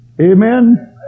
Amen